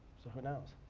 so who knows.